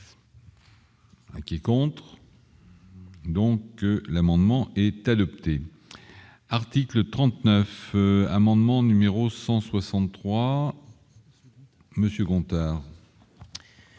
Qui est contre. Donc, l'amendement est adopté article 39 Amendement numéro 163 monsieur Gontard.